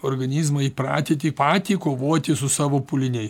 organizmą įpratinti patį kovoti su savo pūliniai